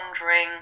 wondering